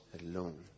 alone